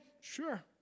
Sure